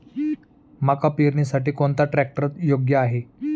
मका पेरणीसाठी कोणता ट्रॅक्टर योग्य आहे?